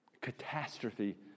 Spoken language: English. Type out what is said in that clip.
catastrophe